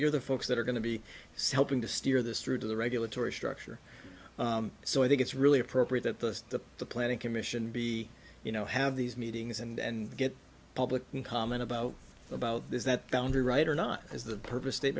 you're the folks that are going to be selling to steer this through to the regulatory structure so i think it's really appropriate that the planning commission be you know have these meetings and get public comment about about this that boundary right or not is the purpose state